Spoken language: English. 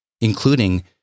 including